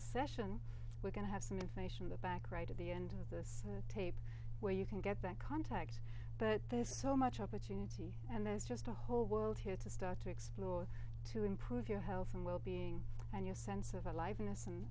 a session we're going to have some information the back right at the end of this tape where you can get that contact but there's so much opportunity and there's just a whole world here to start to explore to improve your health and wellbeing and your sense of a life innocent